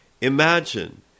Imagine